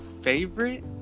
Favorite